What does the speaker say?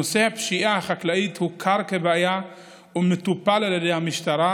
נושא הפשיעה החקלאית הוכר כבעיה ומטופל על ידי המשטרה,